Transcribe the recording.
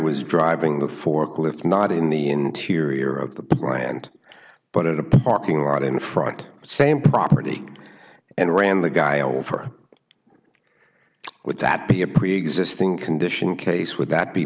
was driving the forklift not in the interior of the plant but a parking lot in front same property and ran the guy over would that be a preexisting condition case would that be